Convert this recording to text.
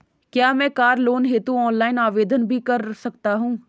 क्या मैं car loan हेतु ऑनलाइन आवेदन भी कर सकता हूँ?